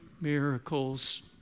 miracles